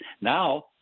Now –